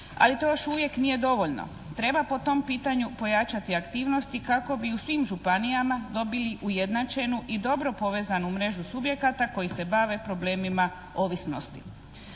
ali to još uvijek nije dovoljno. Treba po tom pitanju pojačati aktivnosti kako bi u svim županijama dobili ujednačenu i dobro povezanu mrežu subjekata koji se bave problemima ovisnosti.